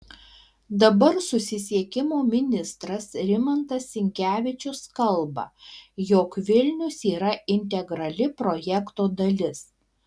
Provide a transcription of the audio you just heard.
dabar susisiekimo ministras rimantas sinkevičius kalba jog vilnius yra integrali projekto dalis